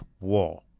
war